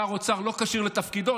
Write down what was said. שר האוצר לא כשיר לתפקידו,